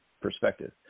perspective